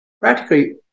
Practically